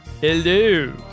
hello